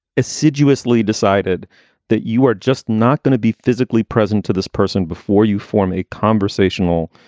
assiduously decided that you are just not going to be physically present to this person before you form a conversational.